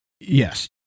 Yes